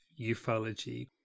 ufology